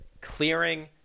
clearing